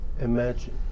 imagine